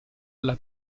alla